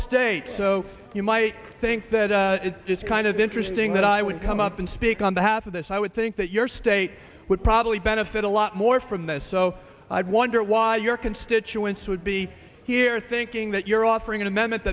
state so you might think that it's kind of interesting that i would come up and speak on behalf of this i would think that your state would probably benefit a lot more from this so i'd wonder why your constituents would be here thinking that you're offering an amendment